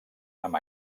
amb